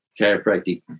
chiropractic